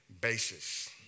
basis